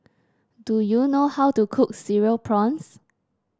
do you know how to cook Cereal Prawns